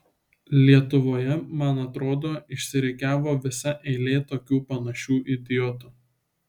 lietuvoje man atrodo išsirikiavo visa eilė tokių panašių idiotų